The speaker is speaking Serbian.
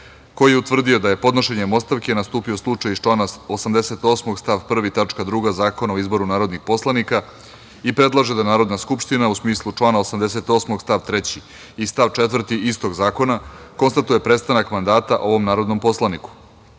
koji je utvrdio da je podnošenjem ostavke nastupio slučaj iz člana 88. stav 1. tačka 2. Zakona o izboru narodnih poslanika i predlaže da Narodna skupština, u smislu člana 88. stav 3. i stav 4. istog zakona, konstatuje prestanak mandata ovom narodnom poslaniku. Saglasno